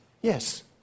Yes